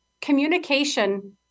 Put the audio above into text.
communication